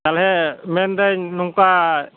ᱛᱟᱦᱚᱞᱮ ᱢᱮᱱ ᱮᱫᱟᱹᱧ ᱱᱚᱝᱠᱟ